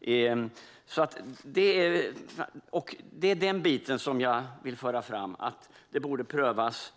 Det är den biten som jag vill föra fram. Det borde prövas